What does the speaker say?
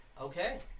Okay